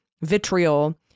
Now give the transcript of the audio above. vitriol